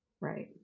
Right